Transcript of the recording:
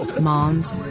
moms